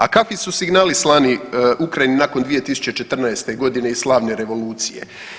A kakvi su signali slani Ukrajini nakon 2014. godine i slavne revolucije?